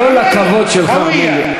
עיסאווי, לא לכבוד שלך.